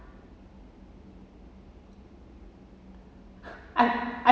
ah I